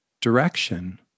direction